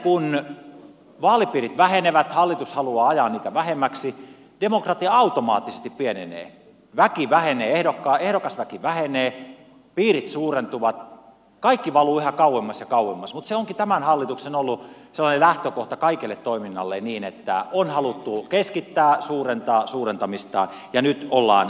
kun vaalipiirit vähenevät hallitus haluaa ajaa niitä vähemmäksi demokratia automaattisesti pienenee ehdokasväki vähenee piirit suurentuvat kaikki valuu yhä kauemmas ja kauemmas mutta se onkin ollut tämän hallituksen sellainen lähtökohta kaikelle toiminnalle niin että on haluttu keskittää suurentaa suurentamistaan ja nyt ollaan tässä